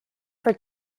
for